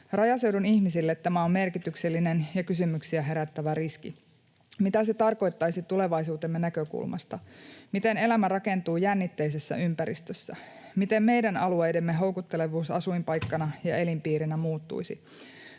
Rajaseudun ihmisille tämä on merkityksellinen ja kysymyksiä herättävä riski. Mitä se tarkoittaisi tulevaisuutemme näkökulmasta? Miten elämä rakentuu jännitteisessä ympäristössä? Miten meidän alueidemme houkuttelevuus asuinpaikkana ja elinpiirinä muuttuisi?